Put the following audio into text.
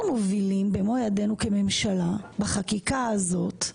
אנחנו במו ידינו מובילים כממשלה, בחקיקה הזאת,